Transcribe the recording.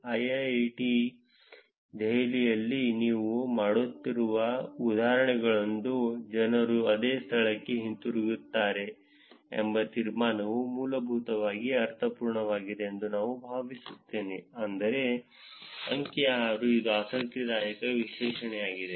IIIT ದೆಹಲಿಯಲ್ಲಿ ನಾನು ಮಾಡುತ್ತಿರುವಂತಹ ಉದಾಹರಣೆಗಳೊಂದಿಗೆ ಜನರು ಅದೇ ಸ್ಥಳಕ್ಕೆ ಹಿಂತಿರುಗುತ್ತಾರೆ ಎಂಬ ತೀರ್ಮಾನವು ಮೂಲಭೂತವಾಗಿ ಅರ್ಥಪೂರ್ಣವಾಗಿದೆ ಎಂದು ನಾನು ಭಾವಿಸುತ್ತೇನೆ ಅಂದರೆ ಅಂಕಿ 6 ಇದು ಆಸಕ್ತಿದಾಯಕ ವಿಶ್ಲೇಷಣೆಯಾಗಿದೆ